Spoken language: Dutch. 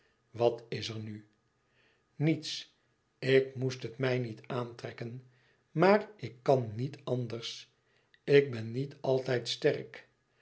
wat is er nu niets ik moest het mij niet aantrekken maar ik kan niet anders ik ben niet àltijd sterk